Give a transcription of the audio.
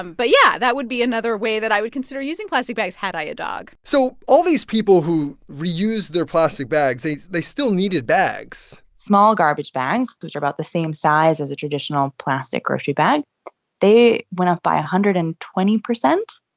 um but, yeah, that would be another way that i would consider using plastic bags, had i a dog so all these people who reused their plastic bags they they still needed bags small garbage bags, which are about the same size as a traditional plastic grocery bag they went up by one hundred and twenty percent.